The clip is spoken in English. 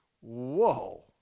whoa